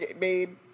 made